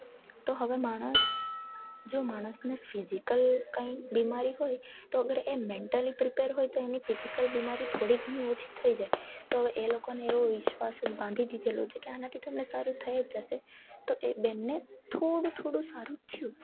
તો હવે માણસ જો માણસને ફિઝિકલ કંઈ બીમારી હોય તો અગર એ મેન્ટલી પ્રિપેર હોય તો એને ફિઝિકલ બીમારી થોડી ઘણી ઓછી થઈ જાય તો એ લોકોને એવો વિશ્વાસ જ બાંધી દિધેલો છે કે આનાથી તમને સારું થઈ જ જાશે તો એ બેનને થોડું થોડું સારું થયું